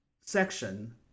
section